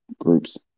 groups